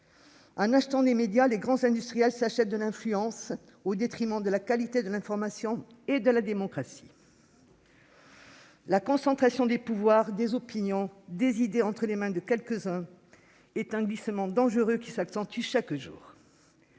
En achetant des médias, les grands industriels s'achètent de l'influence au détriment de la qualité de l'information et de la démocratie. La concentration des pouvoirs, des opinions et des idées entre les mains de quelques-uns est un glissement dangereux qui s'accentue chaque jour.